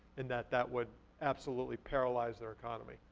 and that that would absolutely paralyze their economy.